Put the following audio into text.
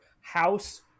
House